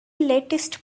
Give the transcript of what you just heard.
latest